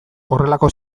horrelako